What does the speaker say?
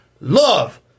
love